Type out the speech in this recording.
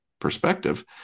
perspective